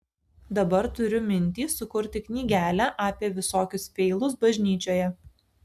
dabar turiu mintį sukurti knygelę apie visokius feilus bažnyčioje